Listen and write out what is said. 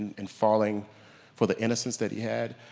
and falling for the innocence that he had.